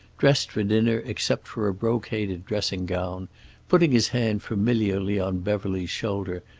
dressed for dinner except for a brocaded dressing-gown, putting his hand familiarly on beverly's shoulder,